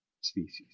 species